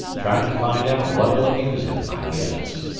trying to find out what'll amuse him, i guess.